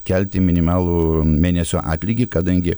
kelti minimalų mėnesio atlygį kadangi